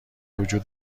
وجود